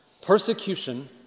Persecution